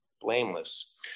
blameless